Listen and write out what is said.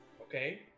okay